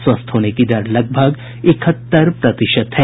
स्वस्थ होने की दर लगभग इकहत्तर प्रतिशत है